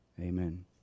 Amen